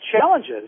challenges